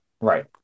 right